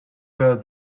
her